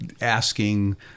asking